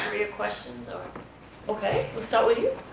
questions or ok, we'll start with you.